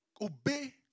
obey